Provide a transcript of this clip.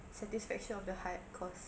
satisfaction of the heart costs